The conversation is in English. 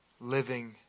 living